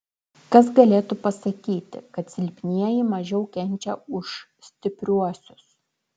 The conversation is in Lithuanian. kas galėtų pasakyti kad silpnieji mažiau kenčia už stipriuosius